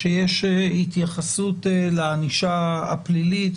שיש התייחסות לענישה הפלילית,